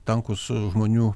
tankus žmonių